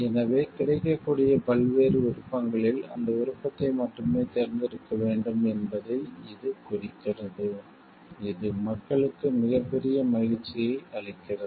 எனவே கிடைக்கக்கூடிய பல்வேறு விருப்பங்களில் அந்த விருப்பத்தை மட்டுமே தேர்ந்தெடுக்க வேண்டும் என்பதை இது குறிக்கிறது இது மக்களுக்கு மிகப்பெரிய மகிழ்ச்சியை அளிக்கிறது